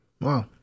Wow